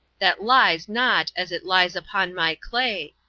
that lies not as it lies upon my clay,